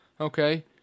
Okay